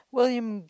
William